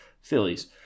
Phillies